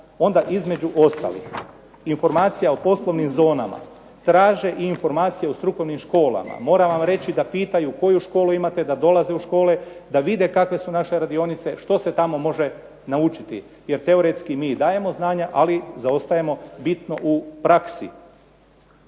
onda između ostalih informacija o poslovnim zonama traže i informacije o strukovnim školama. Moram vam reći da pitaju koju školu imate, da dolaze u škole da vide kakve su naše radionice, što se tamo može naučiti jer teoretski mi dajemo znanja, ali zaostajemo bitno u praksi.